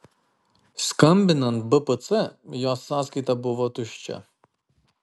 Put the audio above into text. skambinant bpc jos sąskaita buvo tuščia